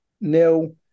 nil